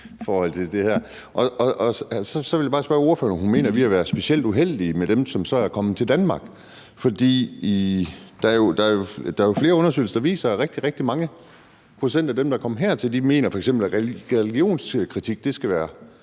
Så vil jeg bare spørge ordføreren, om hun mener, at vi har været specielt uheldige med dem, som så er kommet til Danmark. For der er jo flere undersøgelser, der viser, at rigtig, rigtig mange procent af dem, der er kommet hertil, f.eks. mener, at religionskritik skal være